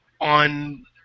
on